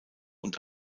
und